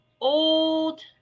old